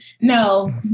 no